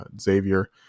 Xavier